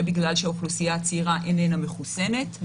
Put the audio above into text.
בגלל שהאוכלוסייה הצעירה איננה מחוסנת.